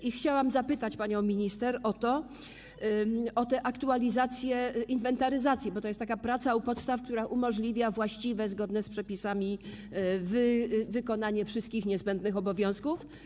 I chciałam zapytać panią minister o te aktualizacje inwentaryzacji, bo to jest taka praca u podstaw, która umożliwia właściwe, zgodne z przepisami wykonanie wszystkich niezbędnych obowiązków.